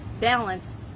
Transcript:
balance